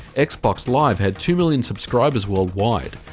xbox live had two million subscribers worldwide.